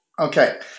Okay